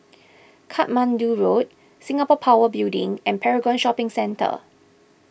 Katmandu Road Singapore Power Building and Paragon Shopping Centre